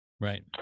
right